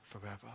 forever